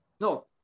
No